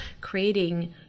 creating